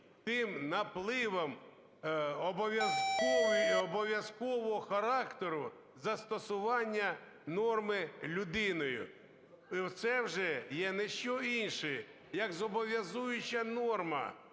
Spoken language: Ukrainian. тим напливом обов'язкового характеру застосування норми людиною. Це вже є не що інше, як зобов'язуюча норма,